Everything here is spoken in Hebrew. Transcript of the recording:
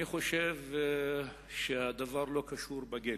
אני חושב שהדבר לא קשור בגנים,